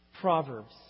Proverbs